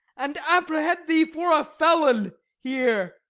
and apprehend thee for a felon here.